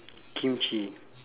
kimchi